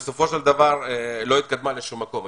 בסופו של דבר היא לא התקדמה לשום מקום.